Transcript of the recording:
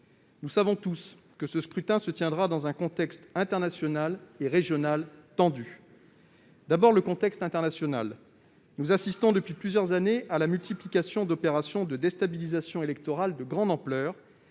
Nous savons tous que ce scrutin se tiendra dans un contexte international et régional tendu. Considérons d'abord le contexte international. Nous assistons depuis plusieurs années à la multiplication d'opérations de déstabilisation électorale de grande ampleur